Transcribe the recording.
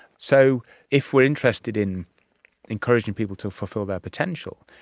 so if we are interested in encouraging people to fill fill their potential,